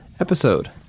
episode